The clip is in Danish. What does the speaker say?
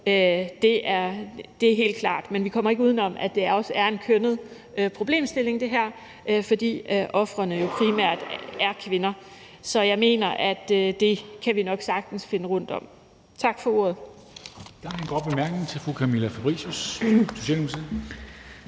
det er helt klart, men vi kommer ikke uden om, at det her også er en kønnet problemstilling, fordi ofrene jo primært er kvinder. Så jeg mener, at det kan vi nok sagtens finde rundt om. Tak for ordet.